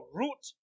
root